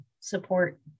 support